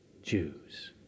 Jews